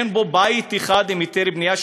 אין בו בית אחד עם היתר בנייה,